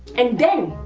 and then,